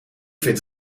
vind